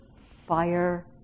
fire